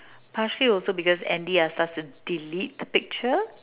partially also because Andy asked us to delete the picture